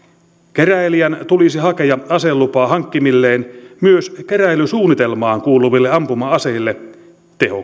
keräilijän tulisi hakea aselupa hankkimilleen myös keräilysuunnitelmaan kuuluville ampuma aseille tehokkaille ilma